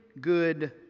good